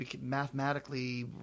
mathematically